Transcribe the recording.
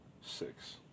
Six